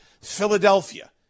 Philadelphia